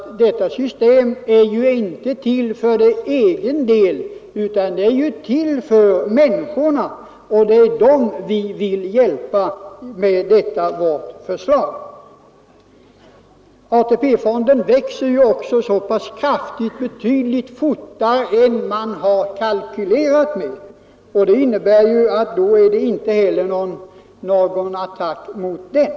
Detta system är ju inte något självändamål, utan det är till för människorna, och det är dem vi vill hjälpa med vårt förslag. AP-fonderna växer också mycket kraftigt — betydligt fortare än man har kalkylerat med — och det innebär att förslaget inte heller är någon attack mot den.